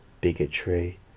bigotry